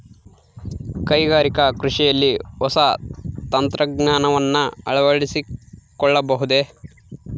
ಕೈಗಾರಿಕಾ ಕೃಷಿಯಲ್ಲಿ ಹೊಸ ತಂತ್ರಜ್ಞಾನವನ್ನ ಅಳವಡಿಸಿಕೊಳ್ಳಬಹುದೇ?